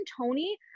Tony